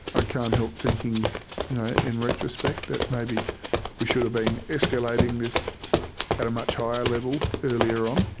i can't help thinking in retrospect that maybe we should've been escalating this at a much higher level earlier on,